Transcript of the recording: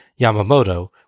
Yamamoto